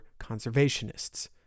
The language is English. conservationists